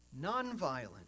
nonviolent